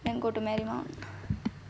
then go to marymount